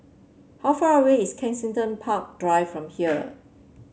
how far away is Kensington Park Drive from here